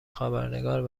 خبرنگار